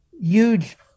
huge